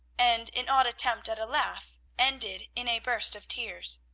and an odd attempt at a laugh ended in a burst of tears.